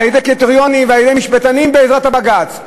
היו הקריטריונים, והיו המשפטנים, בעזרת בג"ץ.